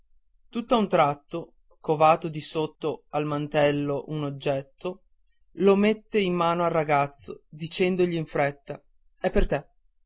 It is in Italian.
curiosamente tutt'a un tratto cavato di sotto al mantello un oggetto lo mette in mano al ragazzo dicendogli in fretta è per te